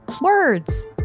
Words